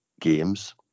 games